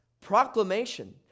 proclamation